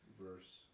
verse